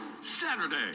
Saturday